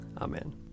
Amen